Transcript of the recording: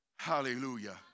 Hallelujah